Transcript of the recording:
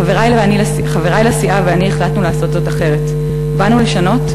חברי לסיעה ואני החלטנו לעשות זאת אחרת: באנו לשנות,